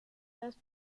las